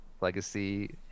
legacy